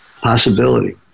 Possibility